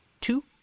two